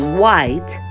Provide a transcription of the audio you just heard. white